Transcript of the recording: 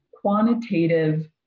quantitative